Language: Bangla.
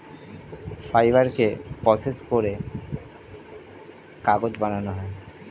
ফাইবারকে প্রসেস করে কাগজ বানানো হয়